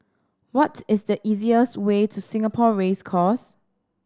what is the easiest way to Singapore Race Course